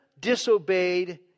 disobeyed